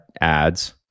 ads